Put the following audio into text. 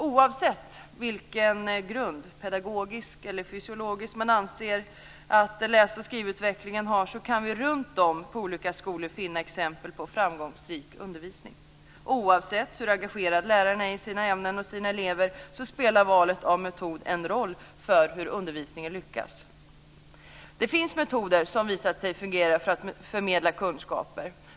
Oavsett vilken grund - pedagogisk eller fysiologisk - man anser att läs och skrivutvecklingen har, kan vi runtom på olika skolor finna exempel på framgångsrik undervisning. Oavsett hur engagerade lärarna är i sina ämnen och sina elever spelar valet av metod en roll för hur undervisningen lyckas. Det finns metoder som har visat sig fungera för att förmedla kunskaper.